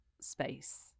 space